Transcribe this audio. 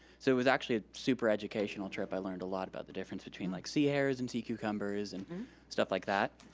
so it was actually a super educational trip, i learned a lot about the difference between like sea hares and sea cucumbers and stuff like that.